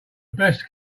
best